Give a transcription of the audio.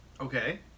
Okay